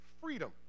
freedom